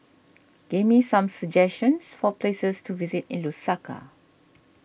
give me some suggestions for places to visit in Lusaka